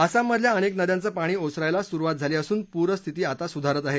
आसामातल्या अनेक नद्यांचं पाणी ओसरायला सुरुवात झाली असून पूरस्थिती आता सुधारत आहे